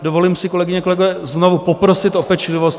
Dovolím si, kolegyně a kolegové, znovu poprosit o pečlivost.